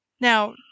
Now